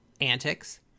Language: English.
antics